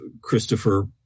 Christopher